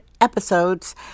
episodes